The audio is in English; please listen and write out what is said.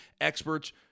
experts